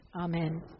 Amen